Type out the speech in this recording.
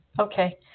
Okay